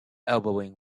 elbowing